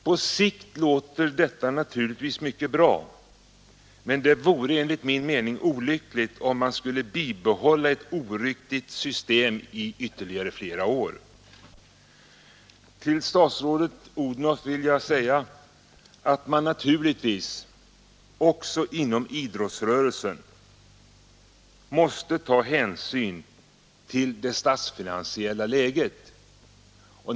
På sikt låter detta naturligtvis mycket bra, men det vore enligt min mening olyckligt om man skulle bibehålla ett oriktigt system i ytterligare flera år. Till statsrådet Odhnoff vill jag säga att man naturligtvis också inom idrottsrörelsen måste ta hänsyn till det statsfinansiella läget.